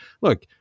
Look